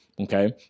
okay